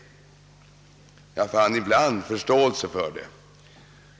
Ibland fann jag då förståelse för idén.